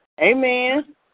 Amen